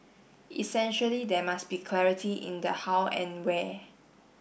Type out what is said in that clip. essentially there must be clarity in the how and where